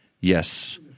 yes